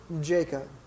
Jacob